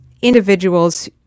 individuals